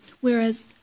Whereas